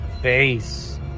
face